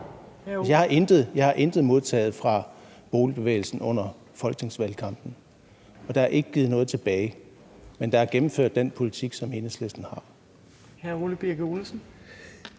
Jeg har intet modtaget fra boligbevægelsen under folketingsvalgkampen, og der er ikke givet noget tilbage, men der er gennemført den politik, som Enhedslisten har.